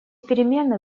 перемены